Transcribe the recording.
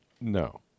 No